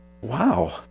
Wow